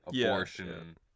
abortion